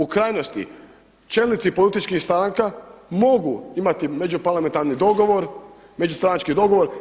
U krajnosti, čelnici političkih stranaka mogu imati među parlamentarni dogovor, među stranački dogovor.